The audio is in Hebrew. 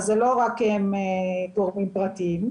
אז זה לא רק גורמים פרטיים.